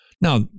Now